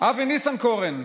אבי ניסנקורן,